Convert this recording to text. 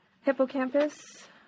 hippocampus